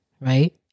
Right